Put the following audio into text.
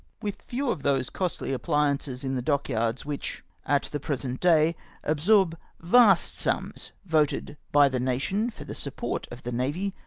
with few of those costly apphances in the dockyards which at the present day absorb vast sums voted by the nation for the support of the navy,